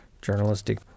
journalistic